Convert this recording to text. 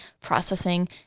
processing